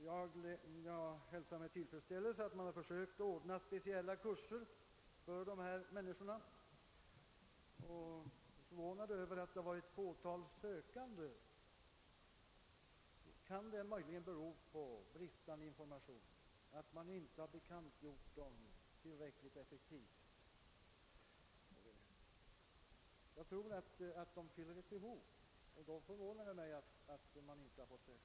Jag hälsar med tillfredsställelse att man försökt anordna speciella kurser för akademiker, och jag är förvånad över att det bara varit ett fåtal sökande till dem. Kan anledningen härtill vara att kurserna inte bekantgjorts tillräckligt effektivt, d.v.s. bristande information? Jag tror att kurserna fyller ett behov.